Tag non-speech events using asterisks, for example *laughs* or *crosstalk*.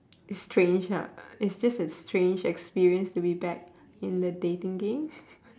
it's strange ha it's just a strange experience to be back in the dating game *laughs*